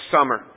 summer